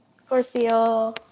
Scorpio